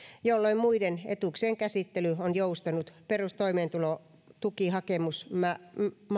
jolloin muiden etuuksien käsittely on joustanut perustoimeentulotukihakemusmäärien